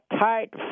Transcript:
tight